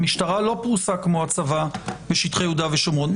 המשטרה לא פרוסה כמו הצבע בשטחי יהודה ושומרון.